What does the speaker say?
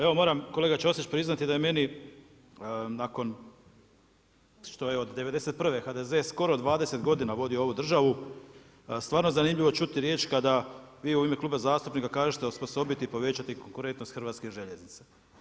Evo moram kolega Ćosić priznati da je meni nakon što je od 91' HDZ skoro 20 godina vodio ovu državu, stvarno zanimljivo čuti riječ kada vi u ime kluba zastupnika kažete osposobiti i povećati konkurentnost HŽ.